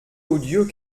odieux